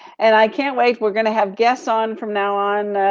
and i can't wait, we're gonna have guests on from now on.